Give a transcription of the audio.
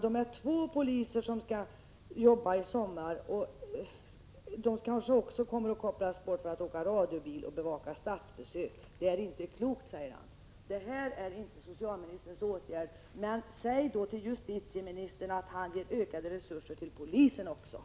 Det är två poliser som skall jobba i sommar, och de kanske också kopplas bort för att åka radiobil och bevaka statsbesök. Det är inte klokt.” Detta är inte socialministerns område, men säg då till justitieministern att han också ger polisen ökade resurser!